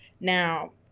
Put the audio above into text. now